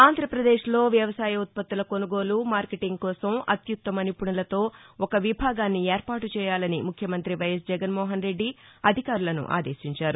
ఆంధ్రాపదేశ్ లో వ్యవసాయ ఉత్పత్తుల కొనుగోలు మార్కెటింగ్ కోసం అత్యుత్తమ నిపుణులతో ఒక విభాగాన్ని ఏర్పాటు చేయాలని ముఖ్యమంత్రి వైఎస్ జగన్మోహన్రెడ్డి అధికారులను ఆదేశించారు